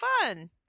fun